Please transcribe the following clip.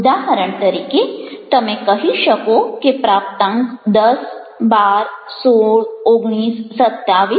ઉદાહરણ તરીકે તમે કહી શકો કે પ્રાપ્તાંક 10 12 16 19 27 છે